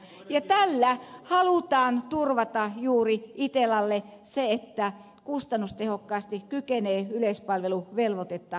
ja tällä halutaan turvata juuri itellalle se että se kustannustehokkaasti kykenee yleispalveluvelvoitetta suorittamaan